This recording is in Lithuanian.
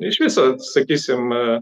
iš viso sakysim